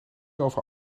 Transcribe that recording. over